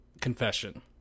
confession